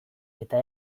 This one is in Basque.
eta